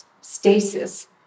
stasis